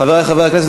חברי חברי הכנסת,